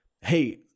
hey